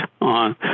on